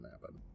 happen